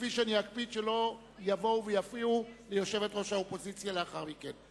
כפי שאני אקפיד שלא יפריעו ליושבת-ראש האופוזיציה לאחר מכן.